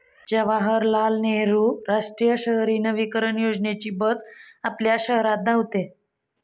जवाहरलाल नेहरू राष्ट्रीय शहरी नवीकरण योजनेची बस आपल्या शहरात धावते